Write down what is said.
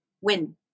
win